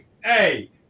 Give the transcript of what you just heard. hey